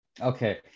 Okay